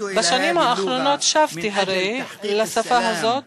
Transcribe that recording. בשנים האחרונות שבתי הרבה לשפה הזאת